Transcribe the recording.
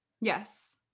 Yes